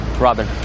Robin